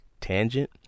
tangent